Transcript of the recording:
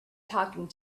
talking